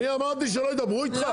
אני אמרתי שלא ידברו איתך?